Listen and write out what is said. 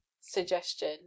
suggestion